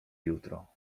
jutro